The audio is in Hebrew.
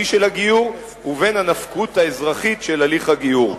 של הגיור ובין הנפקות האזרחית של הליך הגיור.